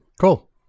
Cool